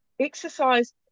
Exercise